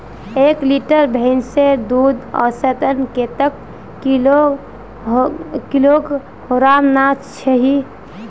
एक लीटर भैंसेर दूध औसतन कतेक किलोग्होराम ना चही?